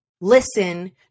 Listen